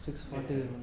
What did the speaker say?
six forty